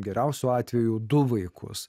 geriausiu atveju du vaikus